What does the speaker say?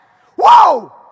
Whoa